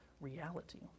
reality